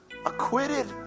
acquitted